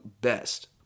best